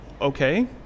Okay